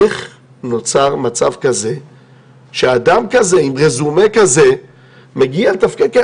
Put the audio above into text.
איך נוצר מצב כזה שאדם כזה עם רזומה כזה מגיע לתפקד,